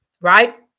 right